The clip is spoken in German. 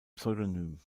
pseudonym